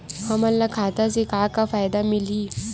हमन ला खाता से का का फ़ायदा मिलही?